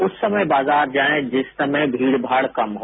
उस समय बाजार जाएं जिस समय भीड़ भाड़ कम हो